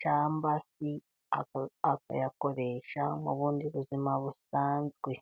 ,cyangwa se akayakoresha mu bundi buzima busanzwe.